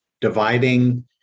dividing